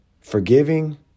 Forgiving